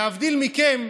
להבדיל מכם,